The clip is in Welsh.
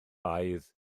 baedd